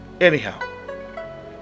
Anyhow